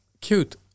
Cute